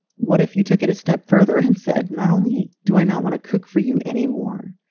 what if you took it a step further and said, not only do i not want to cook for you anymore.